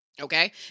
Okay